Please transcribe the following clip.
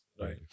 Right